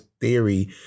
theory